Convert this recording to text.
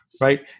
right